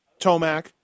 Tomac